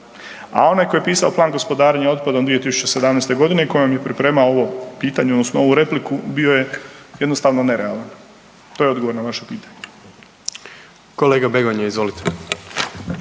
a onaj tko je pisao Plan gospodarenja otpadom 2017.g. koji vam je pripremao ovo pitanje odnosno ovu repliku bio je jednostavno nerealan, to je odgovor na vaše pitanje. **Jandroković,